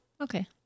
Okay